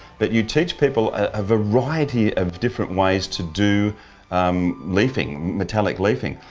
but you teach people a variety of different ways to do um leafing, metallic leafing.